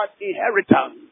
inheritance